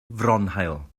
fronhaul